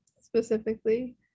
specifically